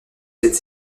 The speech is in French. cette